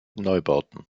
neubauten